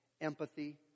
empathy